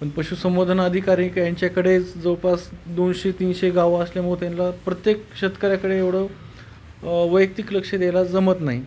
पण पशुसंवर्धन आधिकारी यांच्याकडे जवळपास दोनशे तीनशे गावं असल्यामुळं त्यांना प्रत्येक शेतकऱ्याकडे एवढं वैयक्तिक लक्ष द्यायला जमत नाही